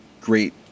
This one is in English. great